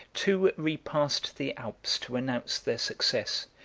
two repassed the alps to announce their success,